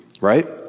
right